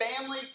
family